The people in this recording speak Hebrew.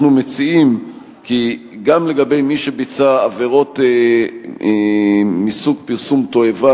כי גם לגבי מי שביצע עבירות מסוג פרסום תועבה,